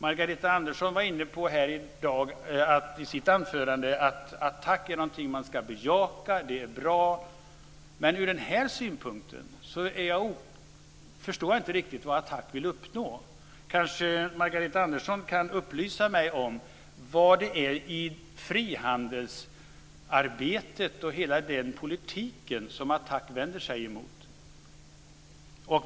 Margareta Andersson var här i dag i sitt anförande inne på att ATTAC är någonting man ska bejaka och att det är bra. Men ur den här synpunkten förstår jag inte riktigt vad AT TAC vill uppnå. Kanske Margareta Andersson kan upplysa mig om vad det är i frihandelsarbetet och hela den politiken som ATTAC vänder sig emot.